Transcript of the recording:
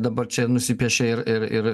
dabar čia nusipiešė ir ir